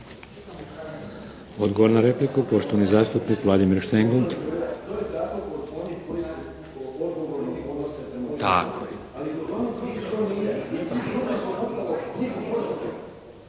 Odgovor na repliku, poštovani zastupnik Vladimir Štengl.